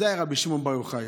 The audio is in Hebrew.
זה היה רבי שמעון בר יוחאי.